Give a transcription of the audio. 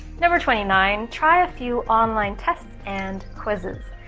number twenty nine try a few online tests and quizzes.